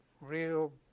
real